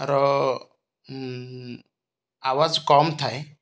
ର ଆୱାଜ କମ୍ ଥାଏ